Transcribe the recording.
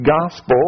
gospel